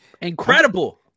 Incredible